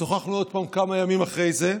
שוחחנו עוד פעם כמה ימים אחרי זה,